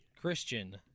Christian